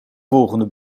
volgende